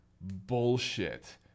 bullshit